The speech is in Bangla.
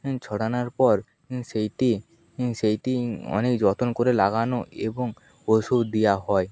ছড়ানার পর সেইটি সেইটি অনেক যত্ন করে লাগানো এবং ওষুধ দেওয়া হয়